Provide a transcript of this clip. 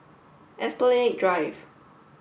Drive